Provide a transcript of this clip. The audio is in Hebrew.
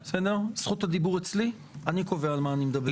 זכות הדיבור אצלי ואני קובע על מה אני מדבר.